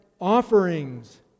offerings